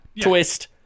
twist